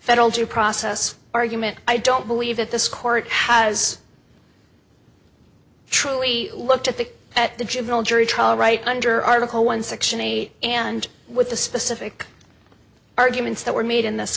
federal jury process argument i don't believe that this court has truly looked at the at the juvenile jury trial right under article one section eight and what the specific arguments that were made in this